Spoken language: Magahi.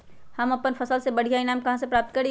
हम अपन फसल से बढ़िया ईनाम कहाँ से प्राप्त करी?